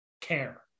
care